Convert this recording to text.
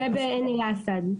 זה בעין אל-אסד.